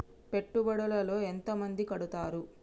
పెట్టుబడుల లో ఎంత మంది కడుతరు?